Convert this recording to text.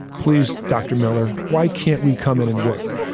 please, dr. miller, why can't we come in and work?